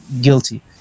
guilty